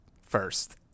first